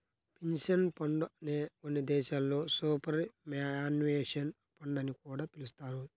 pension fund నే కొన్ని దేశాల్లో సూపర్ యాన్యుయేషన్ ఫండ్ అని కూడా పిలుస్తారు